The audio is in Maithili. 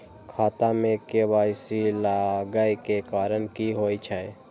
खाता मे के.वाई.सी लागै के कारण की होय छै?